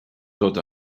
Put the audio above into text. tot